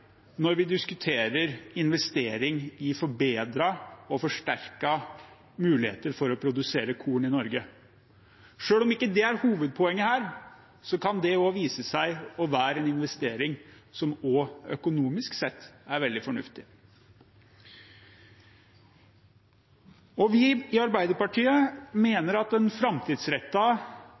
når vi diskuterer investering i forbedrede og forsterkede muligheter for å produsere korn i Norge. Selv om ikke det er hovedpoenget her, kan det vise seg å være en investering som også økonomisk sett er veldig fornuftig. Vi i Arbeiderpartiet mener at en